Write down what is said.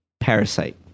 parasite